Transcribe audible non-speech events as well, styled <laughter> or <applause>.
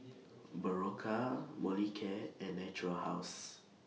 <noise> Berocca Molicare and Natura House